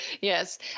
Yes